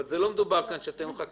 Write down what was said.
אבל מדובר כאן שאתם חוקרים.